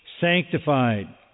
sanctified